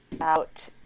out